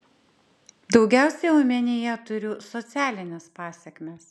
daugiausiai omenyje turiu socialines pasekmes